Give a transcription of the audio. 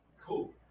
Cool